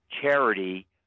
charity